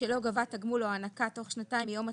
שלא גבה תגמול או הענקה תוך שנתיים מיום התשלום,